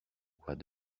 what